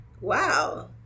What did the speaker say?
wow